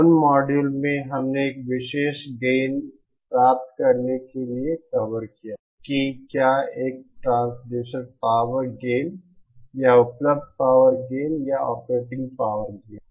उन मॉड्यूल में हमने एक विशेष गेन प्राप्त करने के लिए कवर किया कि क्या यह एक ट्रांसड्यूसर पावर गेन या उपलब्ध पावर गेन या ऑपरेटिंग पावर गेन है